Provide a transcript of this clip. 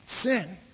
sin